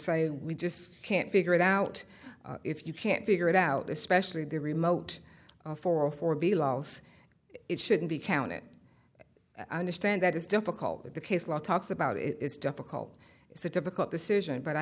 say we just can't figure it out if you can't figure it out especially the remote for a four b loss it shouldn't be counted understand that it's difficult but the case law talks about it it's difficult it's a difficult decision but i